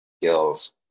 skills